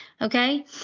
Okay